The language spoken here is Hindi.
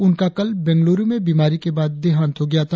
उनका कल बंगलुरु में बीमारी के बाद देहांत हो गया था